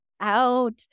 out